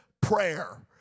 prayer